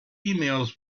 emails